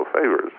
favors